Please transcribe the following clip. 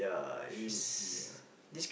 it should be